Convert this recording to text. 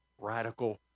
radical